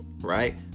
right